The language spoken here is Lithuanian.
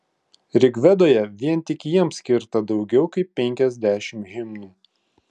rigvedoje vien tik jiems skirta daugiau kaip penkiasdešimt himnų